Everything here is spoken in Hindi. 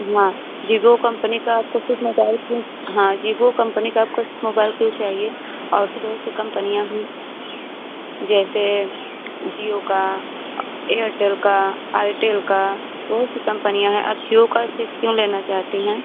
हाँ वीवो कम्पनी का आपको सिर्फ मोबाइल क्यों हाँ वीवो कम्पनी का आपको मोबाइल क्यों चाहिए और भी बहुत सी कंपनियाँ हैं जैसे जियो का एयरटेल का आएटेल का बहुत सी कंपनियाँ हैं आप जियो का सिर्फ क्यों लेना चाहती हैं